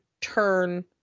turn